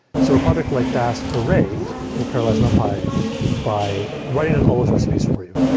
so a product like dask array will parallelize numpy by writing and all those recipes for you.